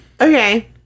Okay